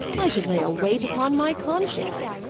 i should lay a weight upon my conscience.